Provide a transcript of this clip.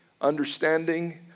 understanding